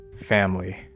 family